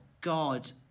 God